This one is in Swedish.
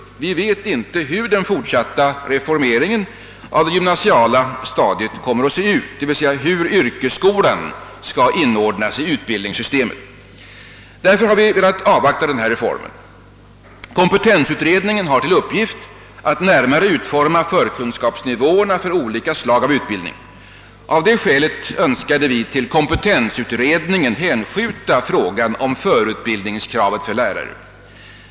Ingen vet ännu hur den fortsatta reformeringen av det gymnasiala stadiet kommer att se ut, d.v.s. hur yrkesskolan skall inordnas i utbildningssystemet. Därför har vi velat avvakta denna reform. Kompetensutredningen har till uppgift att närmare utforma förkunskapsnivåerna för olika slag av utbildning. Av det skälet önskade vi till kompetensutredningen hänskjuta frågan om förutbildningskravet för lärare.